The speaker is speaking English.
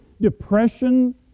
Depression